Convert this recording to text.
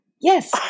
Yes